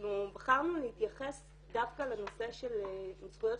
אנחנו בחרנו להתייחס דווקא לנושא של זכויות